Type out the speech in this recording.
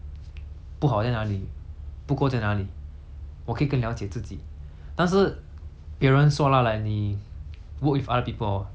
我可以更了解自己但是别人说 lah like 你 work with other people hor 你会有 second opinion